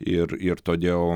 ir ir todėl